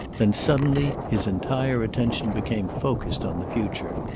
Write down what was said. then, suddenly, his entire attention became focused on the future.